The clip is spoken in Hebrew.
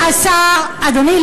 אדוני,